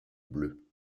bleu